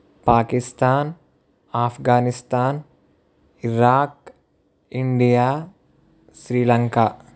Pakistan Afghanistan Iraq India Sri Lanka